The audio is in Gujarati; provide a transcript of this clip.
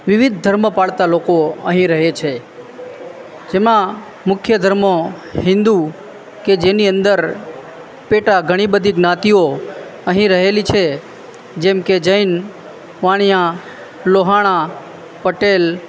વિવિધ ધર્મ પાળતા લોકો અહીં રહે છે જેમાં મુખ્ય ધર્મો હિન્દુ કે જેની અંદર પેટા ઘણી બધી જ્ઞાતિઓ અહીં રહેલી છે જેમકે જૈન વાણિયા લોહાણા પટેલ